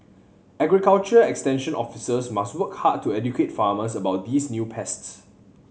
agriculture extension officers must work hard to educate farmers about these new pests